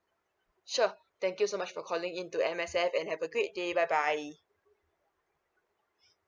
sure thank you so much for calling in to M_S_F and have a great day bye bye